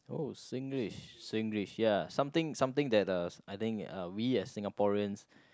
oh Singlish Singlish ya something something that uh I think uh we as Singaporeans